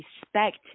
respect